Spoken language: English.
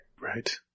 Right